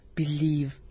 believe